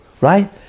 right